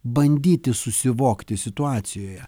bandyti susivokti situacijoje